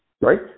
Right